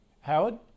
Howard